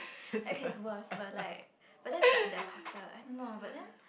okay it's worse but like but then it's like their culture I don't know but then